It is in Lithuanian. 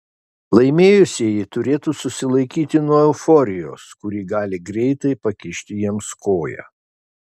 laimėjusieji turėtų susilaikyti nuo euforijos kuri gali greitai pakišti jiems koją